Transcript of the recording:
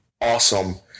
awesome